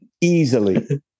Easily